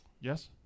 yes